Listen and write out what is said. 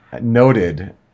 Noted